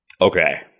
Okay